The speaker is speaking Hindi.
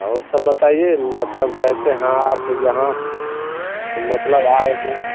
और सब बताइए मतलब कैसे हाँ आप यहाँ तो मतलब आए हैं